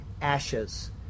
ashes